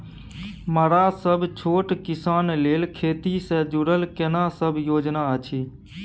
मरा सब छोट किसान लेल खेती से जुरल केना सब योजना अछि?